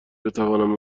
بتوانم